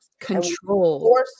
Control